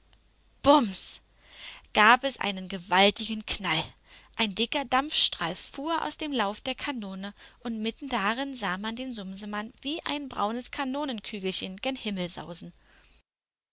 bums gab es einen gewaltigen knall ein dicker dampfstrahl fuhr aus dem lauf der kanone und mitten darin sah man den sumsemann wie ein braunes kanonenkügelchen gen himmel